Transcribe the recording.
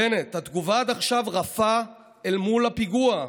בנט: "התגובה עד עכשיו רפה --- אל מול הפיגוע.